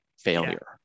failure